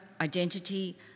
identity